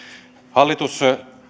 hallitus